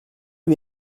lui